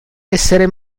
essere